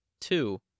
Two